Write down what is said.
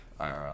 IRL